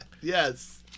yes